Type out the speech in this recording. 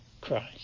Christ